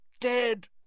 dead